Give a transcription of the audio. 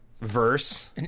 verse